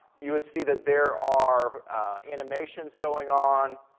you would see that there are animations going on,